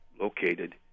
located